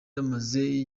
bamaze